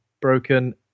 broken